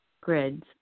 grids